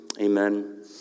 Amen